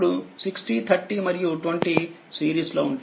అప్పుడు60 30మరియు20సిరీస్ లోఉంటాయి